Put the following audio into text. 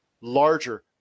larger